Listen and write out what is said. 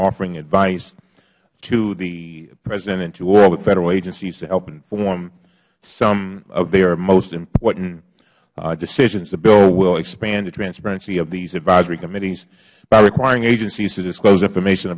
offering advice to the president and to all the federal agencies to help inform some of their most important decisions the bill will expand the transparency of these advisory committees by requiring agencies to disclose information